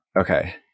Okay